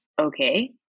okay